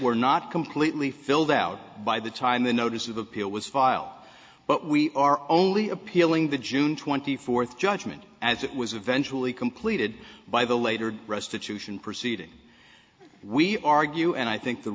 were not completely filled out by the time the notice of appeal was filed but we are only appealing the june twenty fourth judgment as it was eventually completed by the later restitution proceeding we argue and i think the